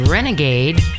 Renegade